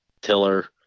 tiller